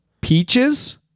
peaches